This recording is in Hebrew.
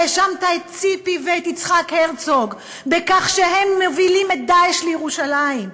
האשמת את ציפי ואת יצחק הרצוג בכך שהם מובילים את "דאעש" לירושלים,